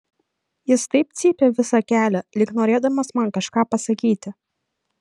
jis taip cypė visą kelią lyg norėdamas man kažką pasakyti